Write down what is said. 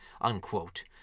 unquote